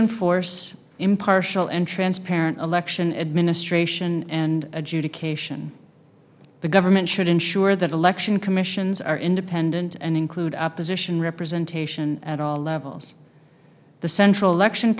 enforce impartial and transparent election administration and adjudication the government should ensure that election commission ns are independent and include opposition representation at all levels the central election